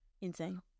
insane